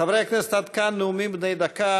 חברי הכנסת, עד כאן נאומים בני דקה.